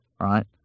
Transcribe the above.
right